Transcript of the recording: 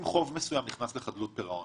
אם חוב מסוים נכנס לחדלות פירעון,